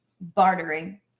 bartering